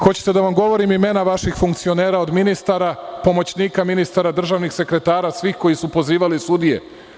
Hoćete da vam govorim imena vaših funkcionera, od ministara, pomoćnika ministara, državnih sekretara, svih koji su pozivali sudije?